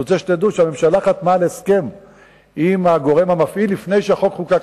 אני רוצה שתדעו שהממשלה חתמה על הסכם עם הגורם המפעיל לפני שהחוק חוקק.